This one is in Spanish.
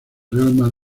real